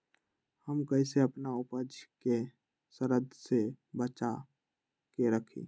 हम कईसे अपना उपज के सरद से बचा के रखी?